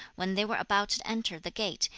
when they were about to enter the gate,